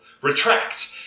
retract